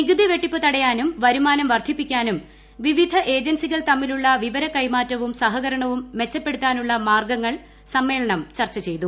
നികുതി വെട്ടിപ്പ് തടയാനും വരുമാനം വർധിപ്പിക്കാനും വിവിധ ഏജൻസികൾ തമ്മിലുള്ള വിവര കൈമാറ്റവും സഹകരണവും മെച്ചപ്പെടുത്താനുള്ള മാർഗ്ഗങ്ങൾ സമ്മേളനം ചർച്ച ചെയ്തു